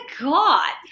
God